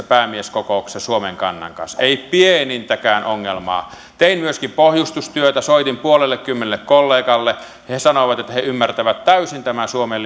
päämieskokouksessa suomen kannan kanssa ei pienintäkään ongelmaa tein myöskin pohjustustyötä soitin puolellekymmenelle kollegalle ja he sanoivat että he ymmärtävät täysin tämän suomen